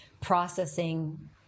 Processing